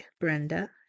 brenda